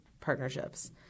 partnerships